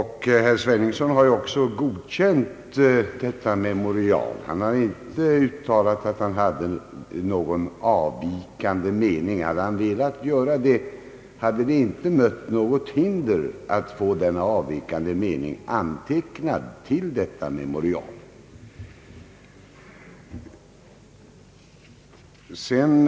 Herr Sveningsson har också godkänt detta memorial. Han har inte uttalat att han hade någon avvikande mening. Hade han velat göra det, hade det inte mött något hinder att få denna avvikande mening antecknad till memorialet.